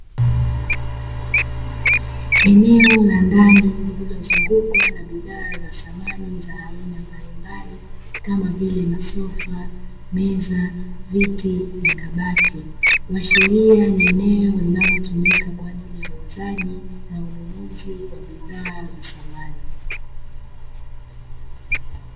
Eneo la ndani linalozungukwa na bidhaa za samani za aina mbalimbali kama vile: masofa, meza, viti na kabati; kuashiria ni eneo linalotumika kwa ajili ya uuzaji na ununuzi wa bidhaa za samani.